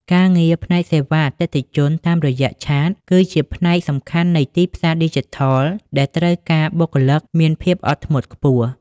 ការងារផ្នែកសេវាអតិថិជនតាមរយៈឆាត គឺជាផ្នែកសំខាន់នៃទីផ្សារឌីជីថលដែលត្រូវការបុគ្គលិកមានភាពអត់ធ្មត់ខ្ពស់។